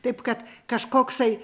taip kad kažkoksai